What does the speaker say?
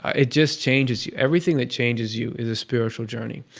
it just changes you. everything that changes you is a spiritual journey.